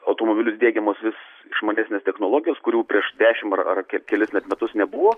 automobilius diegiamos vis išmanesnės technologijos kurių prieš dešimt ar ar kelis metus nebuvo